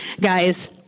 guys